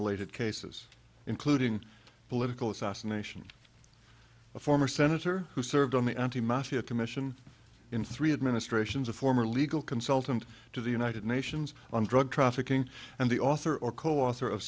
related cases including political assassination a former senator who served on the anti mafia commission in three administrations a former legal consultant to the united nations on drug trafficking and the author or co author of